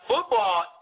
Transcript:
football